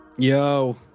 Yo